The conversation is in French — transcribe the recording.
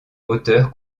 auteur